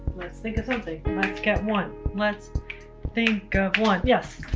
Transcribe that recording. let's think of something. let's get one. let's think of one. yes!